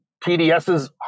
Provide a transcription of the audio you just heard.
TDSs